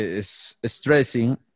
stressing